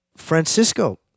Francisco